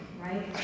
right